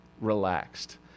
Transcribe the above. Relaxed